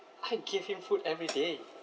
I give him food everyday